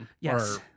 Yes